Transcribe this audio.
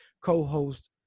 co-host